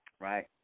right